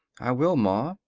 i will, ma,